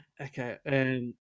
Okay